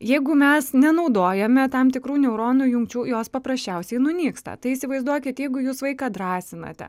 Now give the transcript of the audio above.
jeigu mes nenaudojame tam tikrų neuronų jungčių jos paprasčiausiai nunyksta tai įsivaizduokit jeigu jūs vaiką drąsinate